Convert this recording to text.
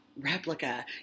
Replica